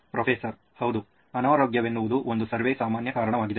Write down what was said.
professor ಹೌದು ಅನಾರೋಗ್ಯವೆನ್ನುವುದು ಒಂದು ಸರ್ವೆ ಸಾಮಾನ್ಯ ಕಾರಣವಾಗಿದೆ